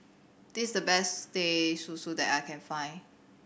this's the best Teh Susu that I can find